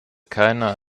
keiner